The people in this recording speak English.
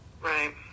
Right